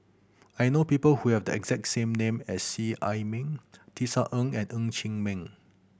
I know people who have the exact same name as Seet Ai Mee Tisa Ng and Ng Chee Meng